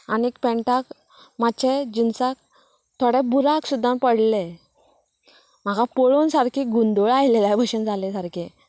आनीक पेन्टाक मात्शें जिन्साक थोडे बुराक सुद्दां पडलेले म्हाका पळोवन सारकी घुंदळ आयिल्ल्या भशेन जालें सारकें